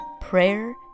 Prayer